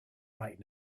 right